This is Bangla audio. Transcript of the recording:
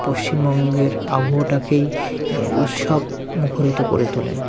পশ্চিমবঙ্গের আবহাওয়াটাকেই উশসব মুখরিত করে তোলেন